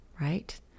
right